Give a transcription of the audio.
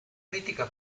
critica